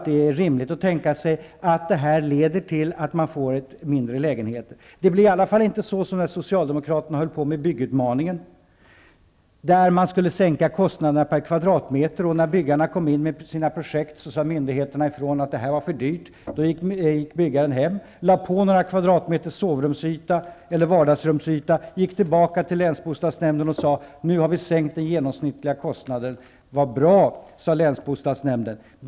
Det är rimligt att tänka sig att detta leder till att vi får mindre lägenheter. Det blir i alla fall inte som när socialdemokraterna höll på med den s.k. byggutmaningen, där man skulle sänka kostnaderna per kvadratmeter. När byggarna kom in med sina projekt sade myndigheterna att det var för dyrt, och då gick byggarna hem och lade på några kvadratmeter sovrums eller vardagsrumsyta, gick tillbaka till länsbostadsnämnden och sade: Nu har vi sänkt den genomsnittliga kostnaden. Vad bra, sade länsbostadsnämnden.